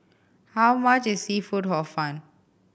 how much is seafood Hor Fun